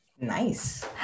Nice